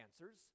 answers